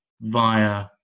via